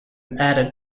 added